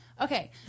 Okay